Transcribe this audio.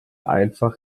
einfach